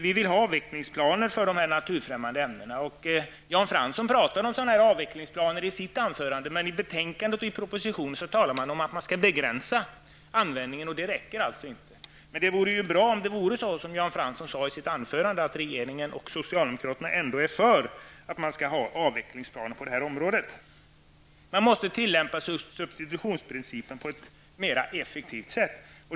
Vi vill ha avvecklingsplaner för de naturfrämmande ämnena. Jan Fransson pratade om sådana avvecklingsplaner i sitt anförande, men i betänkandet och i propositionen talar man bara om att begränsa användningen, och det räcker alltså inte. Men det vore bra om det vore så som Jan Fransson sade i sitt anförande, att regeringen och socialdemokraterna är för avvecklingsplaner på det här området. Substitutionsprincipen måste tillämpas på ett mer effektivt sätt.